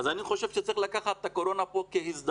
אני חושב שצריך לקחת את הקורונה כהזדמנות,